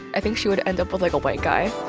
i think she would end up with, like, a white guy